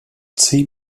zehn